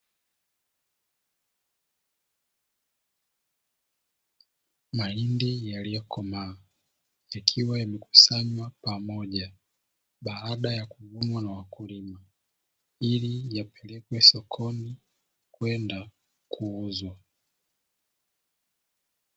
Mahindi yaliyokomaa yakiwa yamekusanywa pamoja baada ya kuvunwa na wakulima, ili yapelekwe sokoni kwenda kuuzwa.